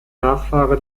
nachfahre